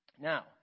Now